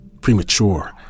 premature